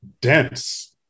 dense